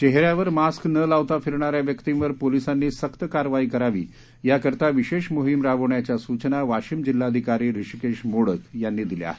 चेहऱ्यावर मास्क न लावता फिरणाऱ्या व्यक्तींवर पोलिसांनी सक्त कारवाई करावी याकरिता विशेष मोहीम राबवण्याच्या सूचना वाशीम जिल्हाधिकारी हृषीकेश मोडक यांनी दिल्या आहेत